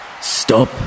Stop